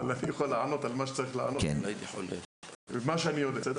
אבל אני יכול לענות על מה שצריך לענות ממה שאני יודע.